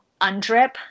UNDRIP